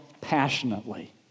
passionately